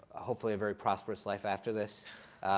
hopefully, a very prosperous life after this.